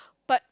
but